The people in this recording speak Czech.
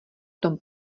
tom